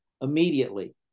Immediately